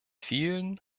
vielen